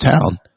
town